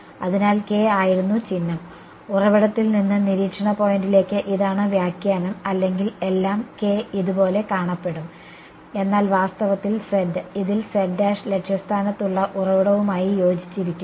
അതിനാൽ ആയിരുന്നു ചിഹ്നം ഉറവിടത്തിൽ നിന്ന് നിരീക്ഷണ പോയിന്റിലേക്ക് ഇതാണ് വ്യാഖ്യാനം അല്ലെങ്കിൽ എല്ലാം ഇതുപോലെ കാണപ്പെടും എന്നാൽ വാസ്തവത്തിൽ ഇതിൽ ലക്ഷ്യസ്ഥാനത്തുള്ള ഉറവിടവുമായി യോജിച്ചിരിക്കുന്നു